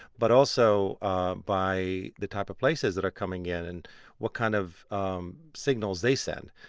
but also by the type of places that are coming in and what kind of um signals they send.